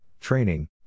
training